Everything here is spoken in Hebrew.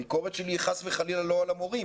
הביקורת שלי היא לא חס וחלילה על המורים,